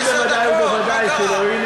אתם בוודאי ובוודאי שלא.